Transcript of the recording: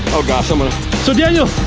oh gosh. um ah so, daniel,